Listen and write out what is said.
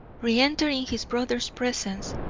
re-entering his brother's presence,